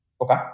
Okay